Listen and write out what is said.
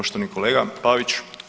Poštovani kolega Pavić.